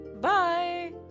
Bye